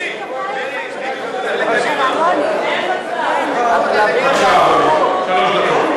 שני מנדטים, לא תיכנסי לכנסת.